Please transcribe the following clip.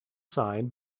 side